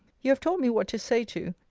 you have taught me what to say to,